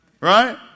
Right